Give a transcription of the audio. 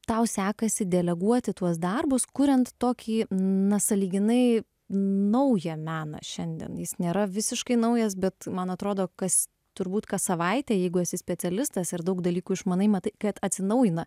tau sekasi deleguoti tuos darbus kuriant tokį na sąlyginai naują meną šiandien jis nėra visiškai naujas bet man atrodo kas turbūt kas savaitę jeigu esi specialistas ir daug dalykų išmanai matai kad atsinaujina